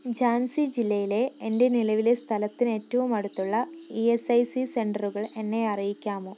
ഝാൻസി ജില്ലയിലെ എൻ്റെ നിലവിലെ സ്ഥലത്തിന് ഏറ്റവും അടുത്തുള്ള ഇ എസ് ഐ സി സെൻറ്ററുകൾ എന്നെ അറിയിക്കാമോ